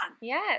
Yes